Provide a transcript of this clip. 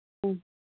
ம்